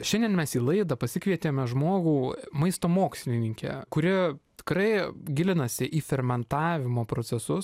šiandien mes jį laidą pasikvietėme žmogų maisto mokslininkę kuri tikrai gilinasi į fermentavimo procesus